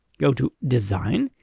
go to design,